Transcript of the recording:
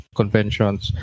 conventions